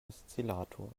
oszillators